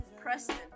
Preston